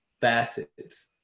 facets